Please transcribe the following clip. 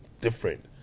different